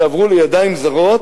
שעברו לידיים זרות,